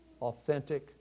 authentic